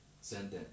sentence